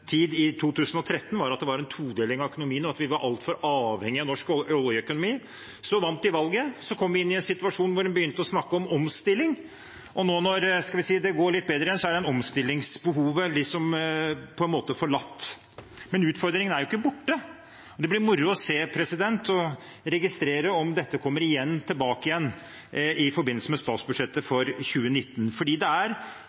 tid, i 2013, var at det var en todeling av økonomien, og at vi var altfor avhengige av norsk oljeøkonomi. Så vant de valget, og så kom vi i en situasjon hvor de begynte å snakke om omstilling, og nå når det går litt bedre igjen, er det omstillingsbehovet på en måte forlatt. Men utfordringen er jo ikke borte. Det blir moro å se og registrere om dette kommer tilbake igjen i forbindelse med statsbudsjettet for